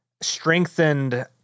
strengthened